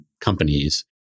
companies